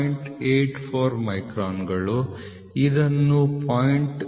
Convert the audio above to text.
84 ಮೈಕ್ರಾನ್ಗಳು ಇದನ್ನು 0